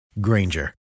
Granger